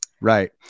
right